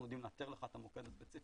אנחנו יודעים לאתר לך את המוקד הספציפי